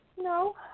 No